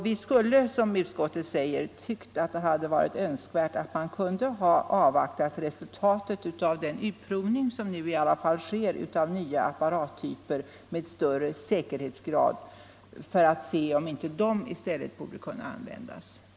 Vi har tyckt att det skulle ha varit önskvärt att man hade kunnat avvakta resultatet av den utprovning av nya apparattyper med större säkerhetsgrad som nu företas för att se, om inte de i stället borde användas.